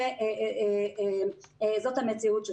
זו המציאות.